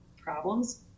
problems